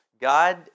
God